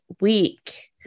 week